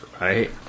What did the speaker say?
right